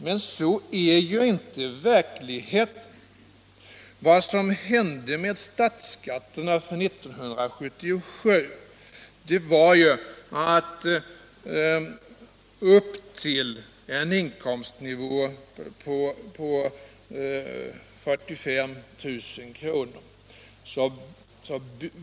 Men så är inte fallet. Vad som hände med statsskatterna för 1977 var följande: Upp till en inkomstnivå på 45 000 kr.